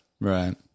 Right